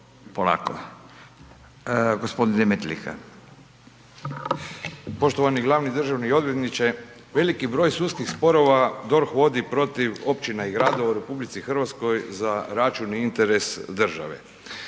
Polako. G. Demetlika.